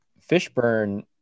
Fishburn